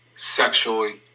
sexually